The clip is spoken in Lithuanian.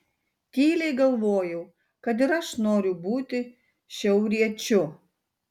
tyliai galvojau kad ir aš noriu būti šiauriečiu